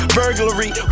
burglary